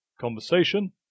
conversation